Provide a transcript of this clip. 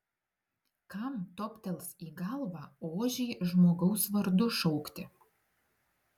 kam toptels į galvą ožį žmogaus vardu šaukti